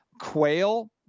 quail